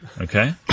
Okay